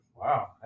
Wow